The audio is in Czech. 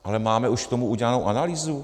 Ale máme už k tomu udělanou analýzu?